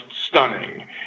stunning